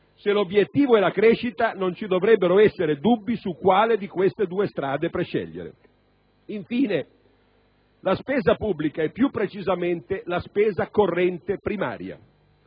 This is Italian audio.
Se l'obiettivo è la crescita, non ci dovrebbero essere dubbi su quale di queste due strade scegliere. Infine, la spesa pubblica e più precisamente la spesa corrente primaria.